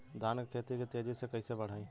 धान क खेती के तेजी से कइसे बढ़ाई?